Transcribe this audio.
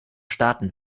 staaten